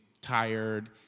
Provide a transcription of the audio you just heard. tired